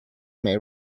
may